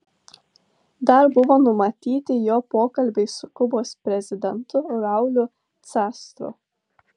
dar buvo numatyti jo pokalbiai su kubos prezidentu rauliu castro